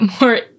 more